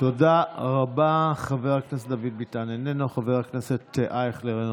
אבל מה שמעניין אתכם זה רק האישי, רק